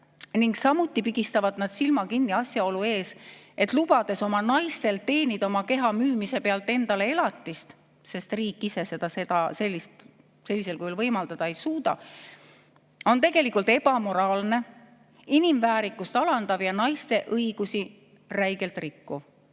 Samuti pigistavad nad silma kinni asjaolu ees, et nad lubavad oma naistel teenida oma keha müümise pealt endale elatist, sest riik ise seda sellisel kujul võimaldada ei suuda – see on tegelikult ebamoraalne, inimväärikust alandav ja naiste õigusi räigelt rikkuv.